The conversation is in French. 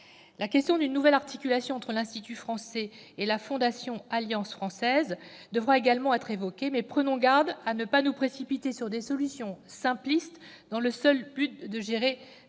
La question d'une nouvelle articulation entre l'Institut français et la Fondation Alliance française devra également être évoquée, mais prenons garde de nous précipiter sur des solutions simplistes dans le seul but de gérer la